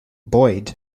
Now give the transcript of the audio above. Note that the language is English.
boyd